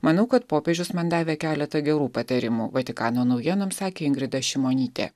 manau kad popiežius man davė keletą gerų patarimų vatikano naujienom sakė ingrida šimonytė